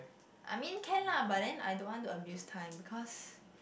I mean can lah but then I don't want to abuse time because